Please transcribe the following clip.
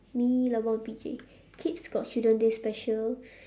me lebron and kids got children's day special